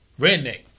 Redneck